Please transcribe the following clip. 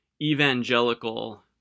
evangelical